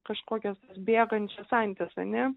kažkokias ar bėgančias antis ane